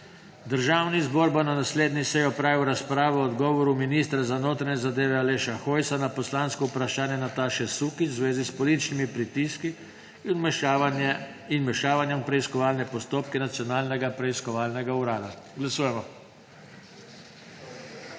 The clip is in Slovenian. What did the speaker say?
Državni zbor bo na naslednji seji opravil razpravo o odgovoru ministra za notranje zadeve Aleša Hojsa na poslansko vprašanje Nataše Sukič v zvezi s političnimi pritiski in vmešavanjem v preiskovalne postopke Nacionalnega preiskovalnega urada. Glasujemo.